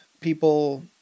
people